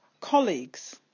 colleagues